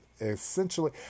essentially